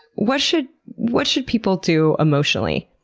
what should what should people do emotionally?